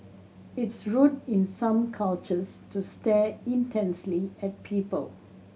it's rude in some cultures to stare intensely at people